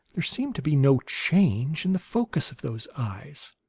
there seemed to be no change in the focus of those eyes.